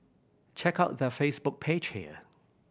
check out their Facebook page here